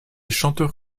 chanteur